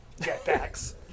jetpacks